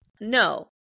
no